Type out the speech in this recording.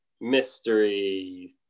mystery